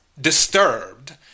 disturbed